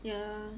yeah